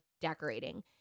decorating